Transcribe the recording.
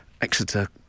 Exeter